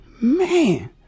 Man